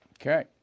Okay